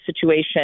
situation